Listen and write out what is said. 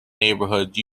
neighborhoods